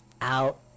Out